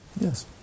Yes